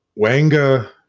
Wanga